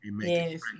yes